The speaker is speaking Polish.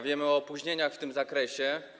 Wiemy o opóźnieniach w tym zakresie.